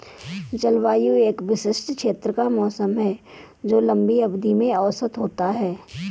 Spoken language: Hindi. जलवायु एक विशिष्ट क्षेत्र का मौसम है जो लंबी अवधि में औसत होता है